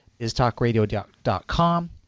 biztalkradio.com